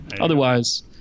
Otherwise